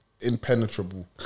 impenetrable